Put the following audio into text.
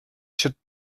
should